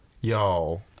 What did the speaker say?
Yo